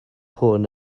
hwn